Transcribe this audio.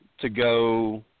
to-go